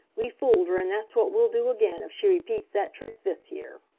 we fooled her and that's what we'll do again if she repeats that trick this year.